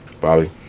Bobby